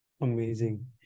Amazing